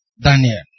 Daniel